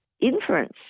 inference